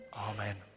Amen